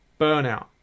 burnout